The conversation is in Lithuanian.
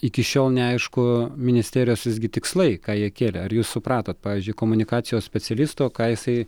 iki šiol neaišku ministerijos visgi tikslai ką jie kėlė ar jūs supratot pavyzdžiui komunikacijos specialisto ką jisai